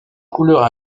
couleurs